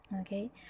Okay